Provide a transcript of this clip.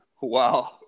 Wow